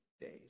days